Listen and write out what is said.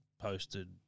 posted